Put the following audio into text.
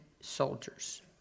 soldiers